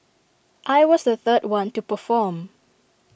I was the third one to perform